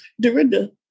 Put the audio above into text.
Dorinda